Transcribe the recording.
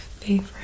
favorite